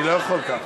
אני לא יכול ככה.